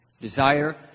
Desire